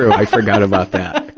i forgot about that.